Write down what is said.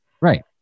Right